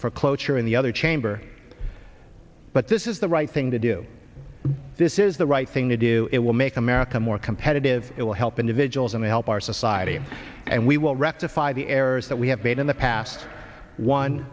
for cloture in the other chamber but this is the right thing to do this is the right thing to do it will make america more competitive it will help individuals and help our society and we will rectify the errors that we have made in the past one